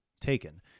taken